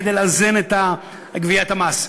כדי לאזן את גביית המס.